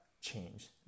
change